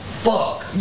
Fuck